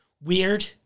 weird